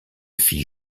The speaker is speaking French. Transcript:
fit